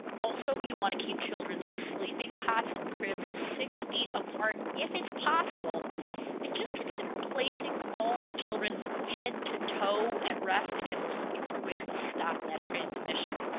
also you want to keep children's sleeping cots and cribs six feet apart if it's possible and just consider placing all the children head-to-toe at rest. again we're looking for ways to stop that transmission.